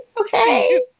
Okay